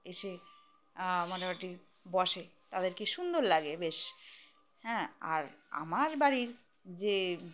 এসে মোটামুটি বসে তাদেরকে সুন্দর লাগে বেশ হ্যাঁ আর আমার বাড়ির যে